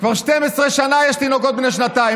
כבר 12 שנה יש תינוקות בני שנתיים.